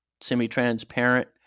semi-transparent